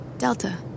Delta